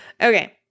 Okay